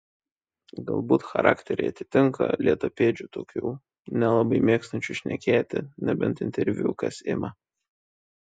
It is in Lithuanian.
galbūt charakteriai atitinka lėtapėdžių tokių nelabai mėgstančių šnekėti nebent interviu kas ima